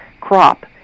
crop